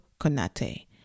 Conate